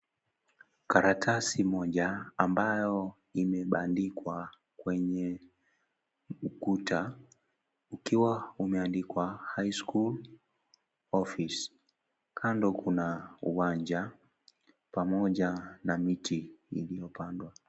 Karatasi moja, ambayo imebandikwa kwenye ukuta. Ikiwa umeandikwa, high-school office . Kando kuna uwanja pamoja na miti iliyopandwa.